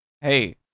hey